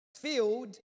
field